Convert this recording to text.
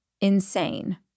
insane